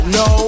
no